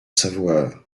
savoir